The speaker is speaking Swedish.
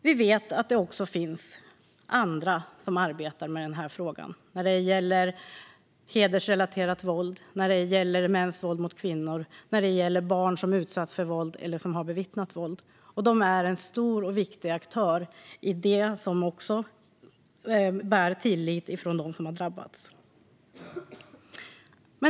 Vi vet att det även finns andra som arbetar med den här frågan - när det gäller hedersrelaterat våld, när det gäller mäns våld mot kvinnor och när det gäller barn som har utsatts för våld eller bevittnat våld - och de är en stor och viktig aktör i detta. De bär också tillit från dem som har drabbats.